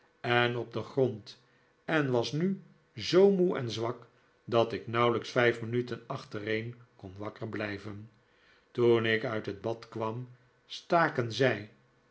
en op den grond en was nu zoo moe en zwak dat ik nauwelijks vijf minuten achtereen kon wakker blijven toen ik uit het bad kwam staken zij